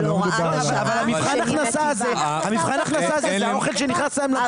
אבל מבחן ההכנסה הזה זה האוכל שנכנס להם לפה.